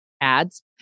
ads